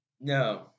No